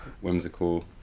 Whimsical